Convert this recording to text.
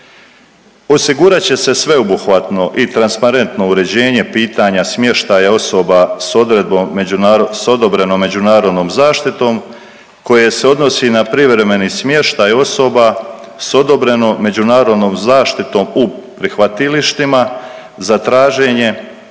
Osigurat će se sveobuhvatno i transparentno uređenje pitanja smještaja osoba s odobrenom međunarodnom zaštitom koje se odnosi na privremeni smještaj osoba s odobreno međunarodnom zaštitom u prihvatilištima za tražitelje